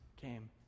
came